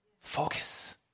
focus